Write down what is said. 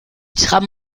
tram